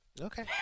Okay